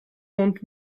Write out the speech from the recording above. want